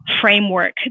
framework